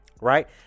Right